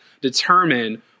determine